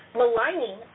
maligning